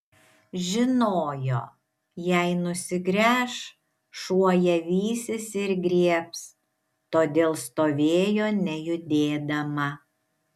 žinojo jei nusigręš šuo ją vysis ir griebs todėl stovėjo nejudėdama